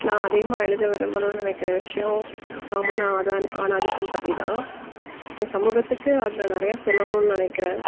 நான் அதிகமாக எழுத விரும்பணுன்னு நினைக்கிற விஷயம் காமனாக அதான் ஆண் ஆதிக்கம் பற்றிதான் இந்த சமூகத்துக்கு அதில் நிறையா சொல்லணுன்னு நினைக்கிறேன்